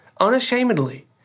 unashamedly